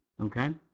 Okay